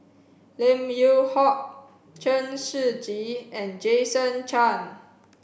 Lim Yew Hock Chen Shiji and Jason Chan